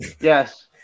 Yes